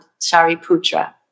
shariputra